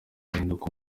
ahinduka